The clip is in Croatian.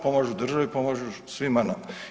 Pomažu državi, pomažu svima nama.